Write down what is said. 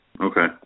Okay